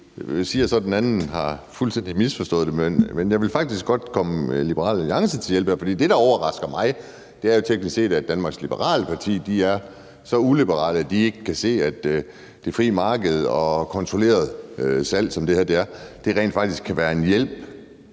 Den ene siger så, at den anden fuldstændig har misforstået det, men jeg vil faktisk godt komme Liberal Alliance til hjælp her, for det, der overrasker mig, er, at Danmarks Liberale Parti er så uliberale, at de ikke kan se, at det frie marked og kontrolleret salg, som det her er, rent faktisk kan være en hjælp